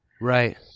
Right